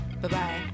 Bye-bye